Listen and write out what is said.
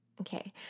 Okay